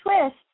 twist